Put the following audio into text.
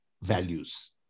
values